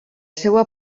seva